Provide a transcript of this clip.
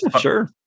sure